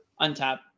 untap